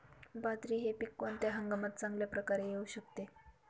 बाजरी हे पीक कोणत्या हंगामात चांगल्या प्रकारे येऊ शकते?